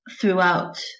throughout